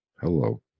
hello